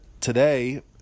today